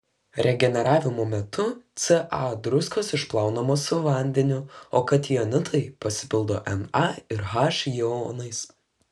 regeneravimo metu ca druskos išplaunamos su vandeniu o katijonitai pasipildo na ir h jonais